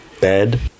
bed